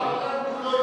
אני אומר לכם,